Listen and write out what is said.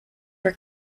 were